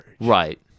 Right